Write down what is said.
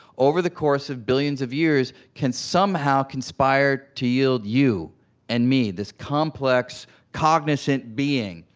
over the course of billions of years, can somehow conspire to yield you and me, this complex, cognizant being?